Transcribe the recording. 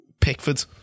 Pickford